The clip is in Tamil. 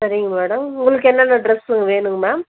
சரிங்க மேடம் உங்களுக்கு என்னென்ன டிரெஸ்ஸுங்க வேணும்ங்க மேம்